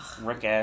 Rick